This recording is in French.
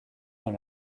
dans